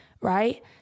right